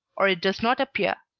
or it does not appear.